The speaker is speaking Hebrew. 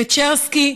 פצ'רסקי,